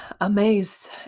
amazed